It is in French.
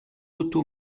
otto